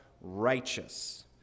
righteous